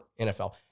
NFL